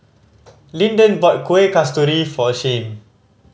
Lyndon brought Kueh Kasturi for Shyheim